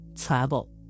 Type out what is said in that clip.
travel